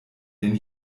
den